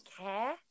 care